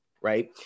right